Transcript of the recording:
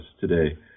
today